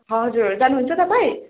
हजुर जानु हुन्छ तपाईँ